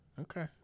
Okay